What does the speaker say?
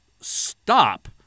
stop